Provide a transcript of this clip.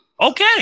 Okay